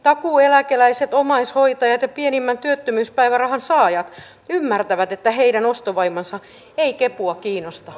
takuueläkeläiset omaishoitajat ja pienimmän työttömyyspäivärahan saajat ymmärtävät että heidän ostovoimansa ei kepua kiinnosta